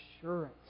assurance